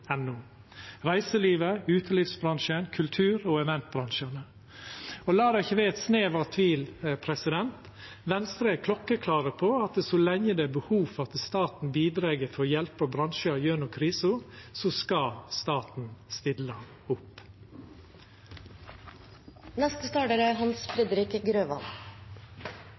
reiselivet, utelivsbransjen, kultur- og eventbransjen. La det ikkje vera eit snev av tvil: Venstre er klokkeklar på at så lenge det er behov for at staten bidreg for å hjelpa bransjar gjennom krisa, skal staten stilla